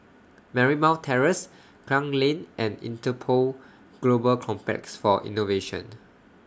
Marymount Terrace Klang Lane and Interpol Global Complex For Innovation